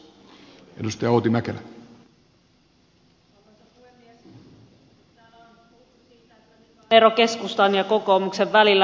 täällä on puhuttu siitä mikä on ero keskustan ja kokoomuksen välillä